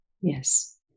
Yes